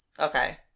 Okay